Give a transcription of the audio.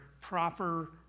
proper